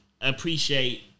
appreciate